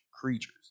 creatures